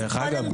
דרך אגב,